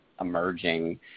emerging